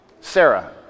Sarah